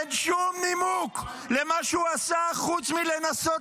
אין שום נימוק למה שהוא עשה חוץ מלנסות